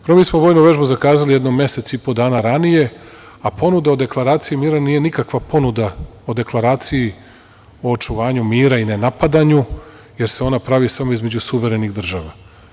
Prvo, mi smo vojnu vežbu zakazali jedno mesec i po dana ranije, a ponuda o deklaraciji mira nije nikakva ponuda o deklaraciji, o očuvanju mira i nenapadanju, jer se ona pravi samo između suverenih država.